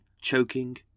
choking